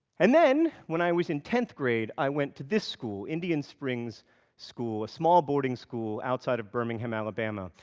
and then, when i was in tenth grade, i went to this school, indian springs school, a small boarding school, outside of birmingham, alabama,